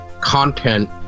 content